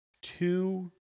two